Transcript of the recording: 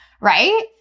right